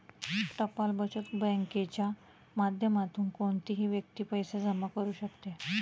टपाल बचत बँकेच्या माध्यमातून कोणतीही व्यक्ती पैसे जमा करू शकते